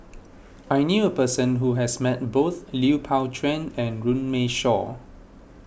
I knew a person who has met both Lui Pao Chuen and Runme Shaw